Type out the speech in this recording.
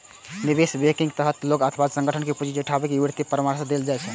निवेश बैंकिंग के तहत लोग अथवा संगठन कें पूंजी जुटाबै आ वित्तीय परामर्श देल जाइ छै